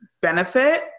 benefit